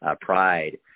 pride